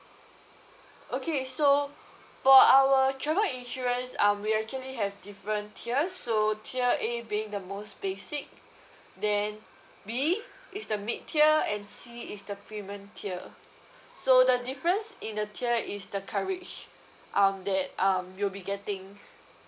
okay so for our travel insurance um we actually have different tiers so tier A being the most basic then B is the mid tier and C is the premium tier so the difference in the tier is the coverage um that um you'll be getting